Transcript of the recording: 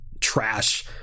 trash